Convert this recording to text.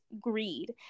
greed